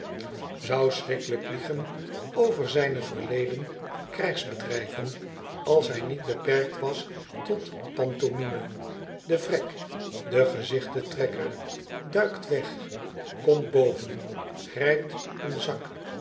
weg liegen over zijne verleden krijgsbedrijven als hij niet beperkt was tot pantomime de vrek de gezichten trekker duikt weg komt boven grijpt een zak